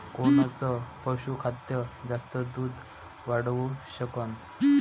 कोनचं पशुखाद्य जास्त दुध वाढवू शकन?